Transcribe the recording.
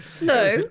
No